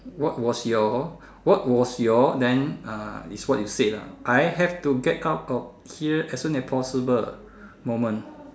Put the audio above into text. what was your what was your then uh is what you say lah I have to get out of here as soon as possible moment